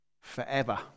forever